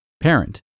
Parent